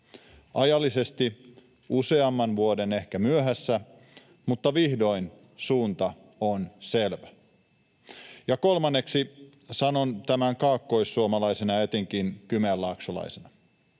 ajallisesti useamman vuoden ehkä myöhässä, mutta vihdoin suunta on selvä. Ja kolmanneksi — sanon tämän kaakkoissuomalaisena ja etenkin kymenlaaksolaisena